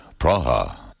Praha